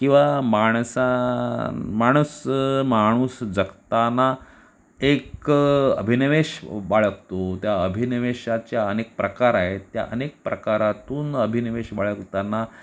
किंवा माणसा माणस माणूस जगताना एक अभिनिवेश बाळगतो त्या अभिनिवेशाच्या अनेक प्रकार आहेत त्या अनेक प्रकारातून अभिनिवेश बाळगताना